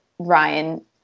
ryan